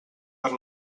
per